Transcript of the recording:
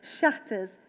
shatters